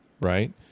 right